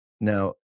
Now